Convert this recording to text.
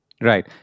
Right